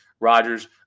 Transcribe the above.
Rodgers